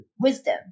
wisdom